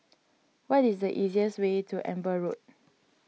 what is the easiest way to Amber Road